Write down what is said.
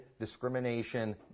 discrimination